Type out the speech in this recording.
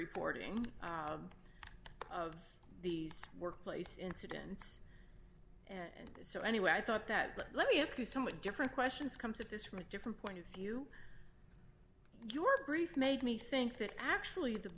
reporting of these workplace incidents and so anyway i thought that but let me ask you somewhat different questions comes at this from a different point of view your grief made me think that actually the